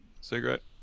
Cigarette